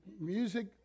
music